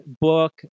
book